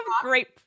great